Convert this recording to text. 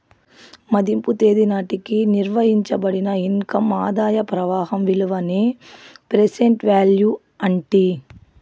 మదింపు తేదీ నాటికి నిర్వయించబడిన ఇన్కమ్ ఆదాయ ప్రవాహం విలువనే ప్రెసెంట్ వాల్యూ అంటీ